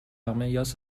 مقیاس